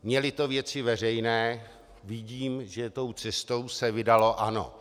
Měly to Věci veřejné, vidím, že tou cestou se vydalo ANO.